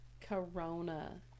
corona